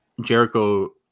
Jericho